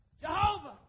Jehovah